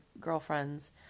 girlfriends